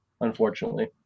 unfortunately